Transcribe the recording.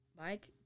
Mike